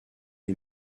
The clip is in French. les